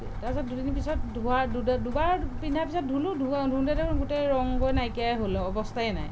তাৰপিছত দুদিন পিছত ধোৱাৰ দুবাৰ পিন্ধাৰ পিছত ধুলোঁ ধোওঁতে দেখোন গোটেই ৰং গৈ নাইকীয়াই হ'ল আৰু অৱস্থাই নাই